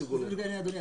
ייצוג הולם.